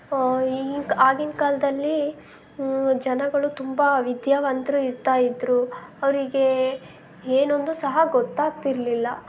ಈಗಿನ ಆಗಿನ ಕಾಲದಲ್ಲಿ ಜನಗಳು ತುಂಬ ಅವಿದ್ಯಾವಂತರು ಇರ್ತಾ ಇದ್ದರು ಅವ್ರಿಗೆ ಏನೊಂದು ಸಹ ಗೊತ್ತಾಗ್ತಿರಲಿಲ್ಲ